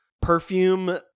perfume